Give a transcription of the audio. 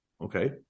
okay